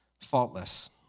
faultless